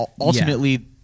ultimately